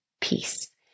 peace